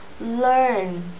learn